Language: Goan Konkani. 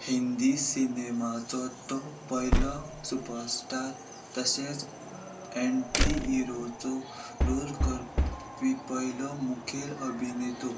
हिंदी सिनेमाचो तो पयलो सुपरस्टार तशेंच एंटी इरोचो रोल करपी पयलो मुखेल अभिनेतो